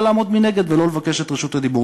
לעמוד מנגד ולא לבקש את רשות הדיבור.